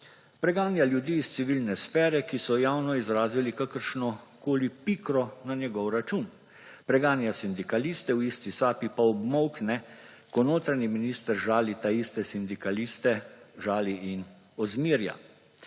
Preganja ljudi iz civilne sfere, ki so javno izrazili kakršnokoli pikro na njegov račun. Preganja sindikaliste, v isti sapi pa obmolkne, ko notranji minister žali taiste sindikaliste, žali in ozmerja.